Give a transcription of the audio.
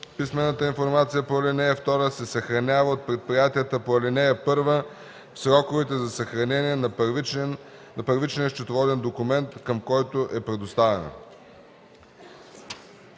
Писмената информация по ал. 2 се съхранява от предприятията по ал. 1 в сроковете за съхранение на първичния счетоводен документ, към който е предоставена.”